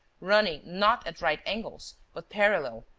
running not at right angles, but parallel,